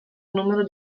numero